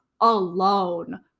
alone